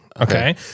Okay